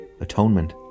Atonement